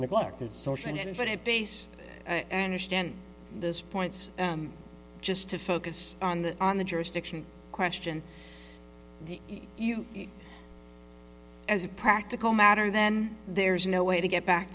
i understand this points just to focus on the on the jurisdiction question you as a practical matter then there's no way to get back